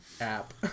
app